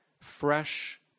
fresh